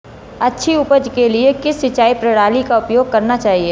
अच्छी उपज के लिए किस सिंचाई प्रणाली का उपयोग करना चाहिए?